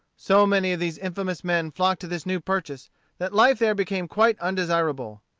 so many of these infamous men flocked to this new purchase that life there became quite undesirable.